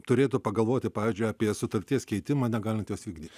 turėtų pagalvoti pavyzdžiui apie sutarties keitimą negalint jos vykdyt